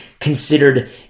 considered